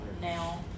now